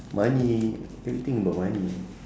money everything about money